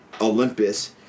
Olympus